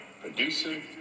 producer